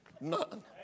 None